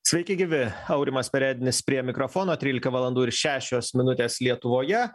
sveiki gyvi aurimas perednis prie mikrofono trylika valandų ir šešios minutės lietuvoje